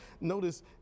notice